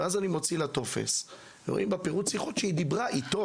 הוצאתי לה טופס ורואים בפירוט שיחות שהיא דיברה איתם